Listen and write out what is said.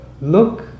Look